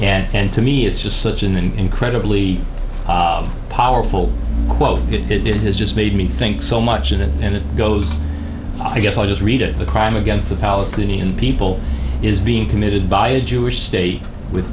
remembered and to me it's just such an incredibly powerful quote it has just made me think so much of it and it goes i guess i just read it the crime against the palestinian people is being committed by a jewish state with